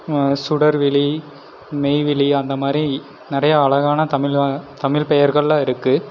சுடர்விழி மெய்விழி அந்த மாரி நிறையா அழகான தமிழ் தமிழ் பெயர்கள்லாம் இருக்கு